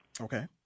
okay